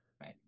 Right